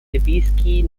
ливийский